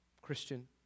Christian